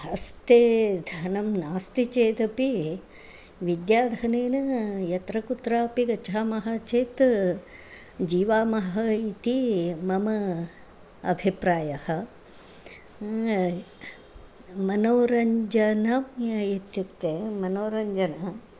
हस्ते धनं नास्ति चेदपि विद्याधनेन यत्र कुत्रापि गच्छामः चेत् जीवामः इति मम अभिप्रायः मनोरञ्जनम् इत्युक्ते मनोरञ्जनम्